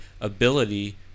ability